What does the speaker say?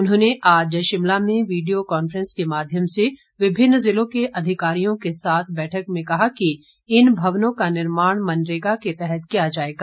उन्होंने आज शिमला में वीडियो कांफ्रेंस के माध्यम से विभिन्न जिलों के अधिकारियों के साथ बैठक में कहा कि इन भवनों का निर्माण मनरेगा के तहत किया जाएगा